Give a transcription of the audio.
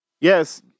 Yes